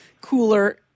cooler